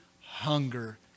hunger